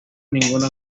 ninguna